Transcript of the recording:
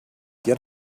get